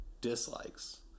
dislikes